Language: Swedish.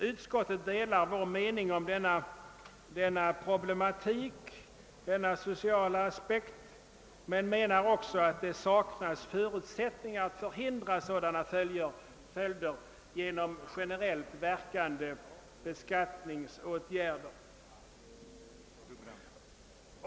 Utskottet delar vår uppfattning om denna problematik och vår syn på de sociala aspekterna men anser »att det saknas förutsättningar att förhindra sådana följder genom generellt verkande beskattningsåtgärder».